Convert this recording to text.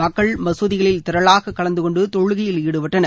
மக்கள் மசூதிகளில் திரளாக கலந்துகொண்டு தொழுகையில் ஈடுபட்டனர்